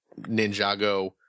Ninjago